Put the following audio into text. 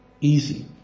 Easy